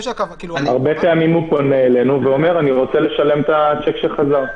הרבה פעמים הוא פונה אלינו ואומר אני רוצה לשלם את הצ'ק שחזר.